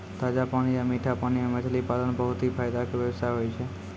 ताजा पानी या मीठा पानी मॅ मछली पालन बहुत हीं फायदा के व्यवसाय होय छै